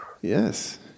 Yes